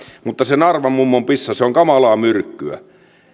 mutta se naarvan mummon pissa se on kamalaa myrkkyä